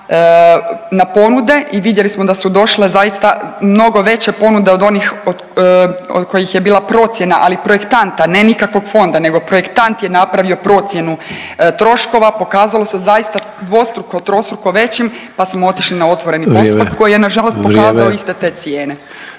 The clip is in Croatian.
na ponude i vidjeli smo da su došle zaista mnogo veće ponude od onih od kojih je bila procjena, ali projektanta ne nikakvog fonda nego projektant je napravio procjenu troškova, pokazalo se zaista dvostruko, trostruko većim, pa smo otišli na otvoreni postupak…/Upadica Sanader: Vrijeme,